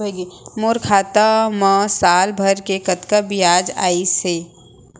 मोर खाता मा साल भर के कतका बियाज अइसे?